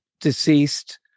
deceased